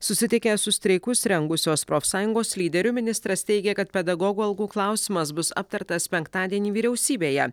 susitikęs su streikus rengusios profsąjungos lyderiu ministras teigia kad pedagogų algų klausimas bus aptartas penktadienį vyriausybėje